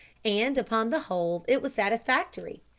and upon the whole it was satisfactory.